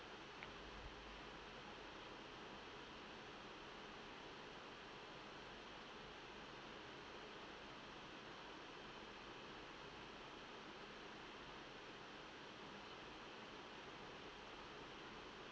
uh uh